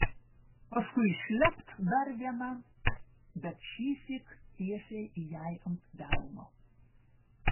paskui šlept dar viena bet šįsyk tiesiai jai ant delno